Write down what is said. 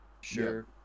sure